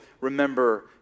remember